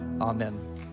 Amen